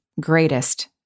greatest